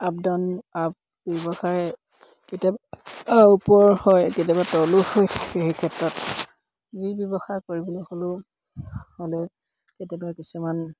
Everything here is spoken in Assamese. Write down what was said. আপ ডাউন আপ ব্যৱসায় কেতিয়াবা ওপৰ হয় কেতিয়াবা তলো হয় সেই ক্ষেত্ৰত যি ব্যৱসায় কৰিবলৈ হ'লেও হ'লে কেতিয়াবা কিছুমান